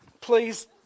please